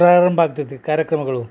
ಪ್ರಾರಂಭ ಆಗ್ತಿತ್ತು ಕಾರ್ಯಕ್ರಮಗಳು